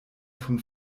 vom